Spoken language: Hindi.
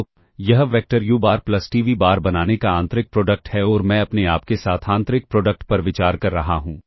तो यह वेक्टर u बार प्लस t v बार बनाने का आंतरिक प्रोडक्ट है और मैं अपने आप के साथ आंतरिक प्रोडक्ट पर विचार कर रहा हूं